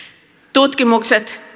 tutkimukset